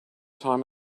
time